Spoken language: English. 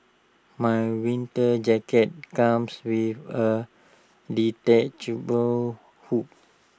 my winter jacket comes with A detachable hood